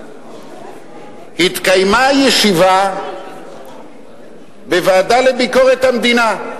התקיימה ישיבה בוועדה לביקורת המדינה.